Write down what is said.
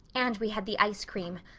and we had the ice cream.